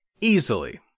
Easily